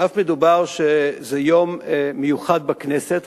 אף שמדובר שזה יום מיוחד בכנסת,